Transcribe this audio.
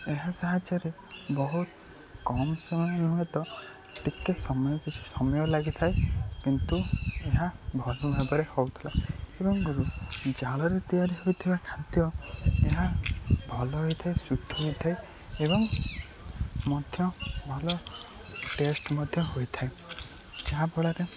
ଏହା ସାହାଯ୍ୟରେ ବହୁତ କମ୍ ସମୟରେ ହୁଏତ ଟିକିଏ ସମୟ ସମୟ ଲାଗିଥାଏ କିନ୍ତୁ ଏହା ଭଲ ଭାବରେ ହେଉଥିଲା ଏବଂ ଜାଳରେ ତିଆରି ହୋଇଥିବା ଖାଦ୍ୟ ଏହା ଭଲ ହୋଇଥାଏ ଶୁଦ୍ଧ ହୋଇଥାଏ ଏବଂ ମଧ୍ୟ ଭଲ ଟେଷ୍ଟ୍ ମଧ୍ୟ ହୋଇଥାଏ ଯାହା ଫଳରେ